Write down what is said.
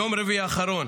ביום רביעי האחרון